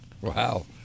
Wow